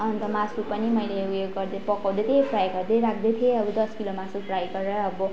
अन्त मासु पनि मैले उयो गर्दै पकाउँदै थिएँ फ्राई गर्दै राख्दै थिएँ अब दस किलो मासु फ्राई गरेर अब